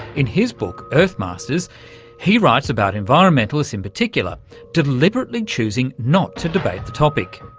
in his book earthmasters he writes about environmentalists in particular deliberately choosing not to debate the topic.